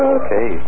okay